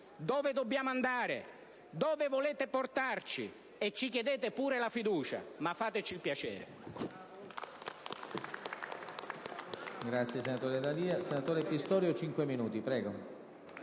Dove dobbiamo andare? Dove volete portarci? E ci chiedete pure la fiducia? Ma fateci il piacere!